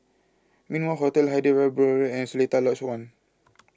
Min Wah Hotel Hyderabad Road and Seletar Lodge one